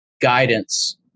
guidance